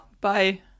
bye